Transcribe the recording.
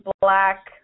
black